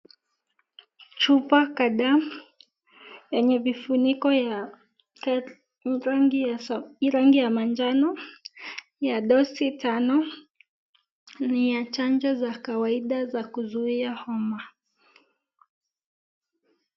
Chupa kadhaa yenye vifuniko ya rangi ya manjano, ya dosi tano ni ya chanjo za kawaida za kuzuia homa.